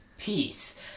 Peace